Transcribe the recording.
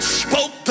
spoke